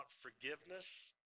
forgiveness